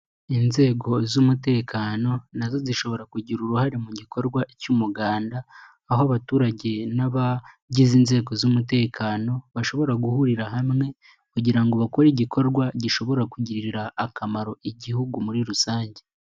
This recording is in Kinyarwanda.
Inzego z'umutekano nazo zishobora kugira uruhare mu gikorwa cy'umuganda, aho abaturage n'abagize inzego z'umutekano, bashobora guhurira hamwe kugira ngo bakore igikorwa gishobora kugirira akamaro igihugu muri rusange.